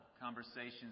conversations